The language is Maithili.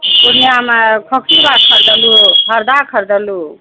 पूर्णियामऽ खोखिबा खरिदलु पर्दा खरिदलु